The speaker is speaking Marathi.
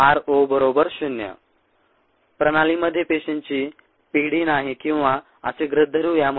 ro 0 प्रणालीमध्ये पेशींची पिढी नाही किंवा असे गृहीत धरूया